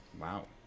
Wow